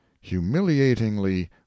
humiliatingly